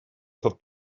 этот